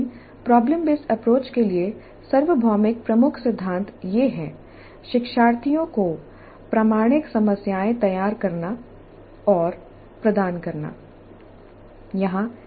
लेकिन problem based approach के लिए सार्वभौमिक प्रमुख सिद्धांत ये हैं शिक्षार्थियों को प्रामाणिक समस्याएं तैयार करना और प्रदान करना